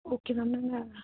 okay ma'am